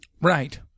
Right